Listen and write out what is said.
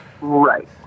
right